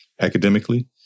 academically